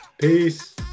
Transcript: Peace